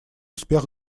успех